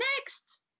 next